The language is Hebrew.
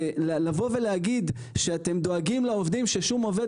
לבוא ולהגיד שאתם דואגים לעובדים ששום עובד